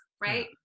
right